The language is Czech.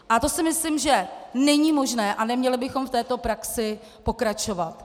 A to si myslím, že není možné, a neměli bychom v této praxi pokračovat.